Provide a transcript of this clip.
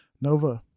Nova